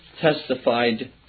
testified